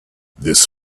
this